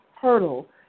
hurdle